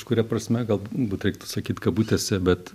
kažkuria prasme galbūt reiktų sakyt kabutėse bet